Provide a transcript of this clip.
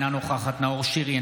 אינה נוכחת נאור שירי,